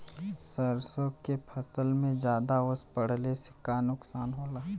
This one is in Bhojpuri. सरसों के फसल मे ज्यादा ओस पड़ले से का नुकसान होला?